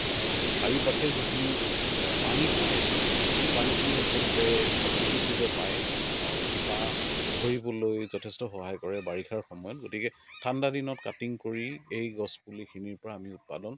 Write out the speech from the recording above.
মানে চাৰিওপাশে যিখিনি পানী পায় সেই পানীখিনি আচলতে প্ৰাকৃতিকৰূপে পায় আৰু শিপা ধৰিবলৈ যথেষ্ট সহায় কৰে বাৰিষাৰ সময়ত গতিকে ঠাণ্ডা দিনত কাটিং কৰি এই গছপুলিখিনিৰ পৰা আমি উৎপাদন